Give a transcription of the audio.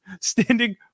standing